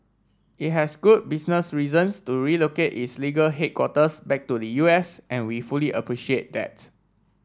it has good business reasons to relocate its legal headquarters back to the U S and we fully appreciate that